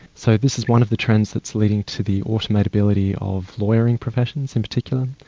so this is one of the trends that's leading to the automatability of lawyering professions in particular.